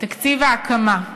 תקציב ההקמה,